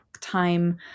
time